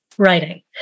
Writing